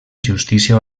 justícia